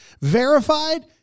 verified